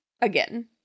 again